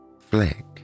flick